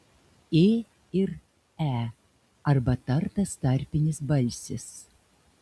ė ir e arba tartas tarpinis balsis